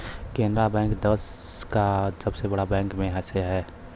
Canara bank देस का सबसे बड़ा बैंक में से हौ